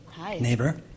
neighbor